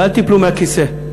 ואל תיפלו מהכיסא: